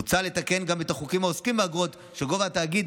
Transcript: מוצע לתקן גם את החוקים העוסקים באגרות שגובה התאגיד